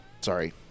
Sorry